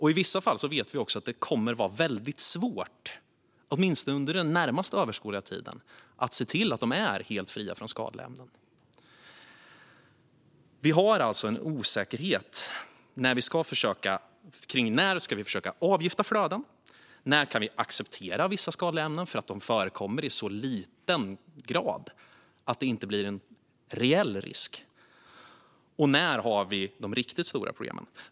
I vissa fall vet vi också att det kommer att vara väldigt svårt, åtminstone under den närmast överskådliga tiden, att se till att de är helt fria från skadliga ämnen. Vi har alltså en osäkerhet kring när vi ska försöka avgifta flöden, när vi kan acceptera vissa skadliga ämnen för att de förekommer i så liten grad att det inte blir en reell risk och när vi har de riktigt stora problemen.